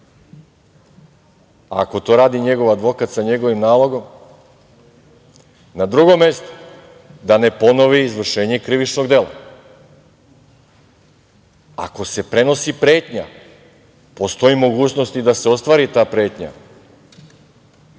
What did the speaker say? ako to radi njegov advokat sa njegovim nalogom? Na drugom mestu, da ne ponovi izvršenje krivičnog dela. Ako se prenosi pretnja, postoji mogućnost i da se ostvari ta pretnja.